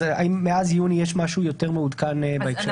אז האם מאז יוני יש משהו יותר מעודכן בהקשר הזה?